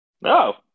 No